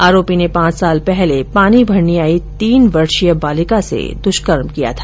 आरोपी ने पांच साल पहले पानी भरने आई तीन वर्षीय बालिका से दुष्कर्म किया था